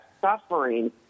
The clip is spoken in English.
suffering